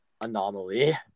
anomaly